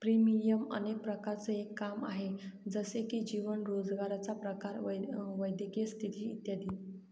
premium अनेक प्रकारांचं एक काम आहे, जसे की जीवन, रोजगाराचा प्रकार, वैद्यकीय स्थिती इत्यादी